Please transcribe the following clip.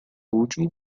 último